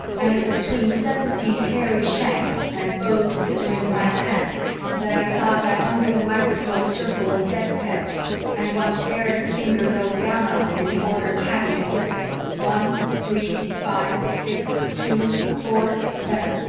and it was between sevensee's hairy shanks and beau's scissoring white pants that i saw that under-the-microscope circle of death's heads and watched erich's finger go down on them in the order kaby had given one, three, five, six, two, four, seven.